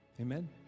Amen